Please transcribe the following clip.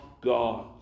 god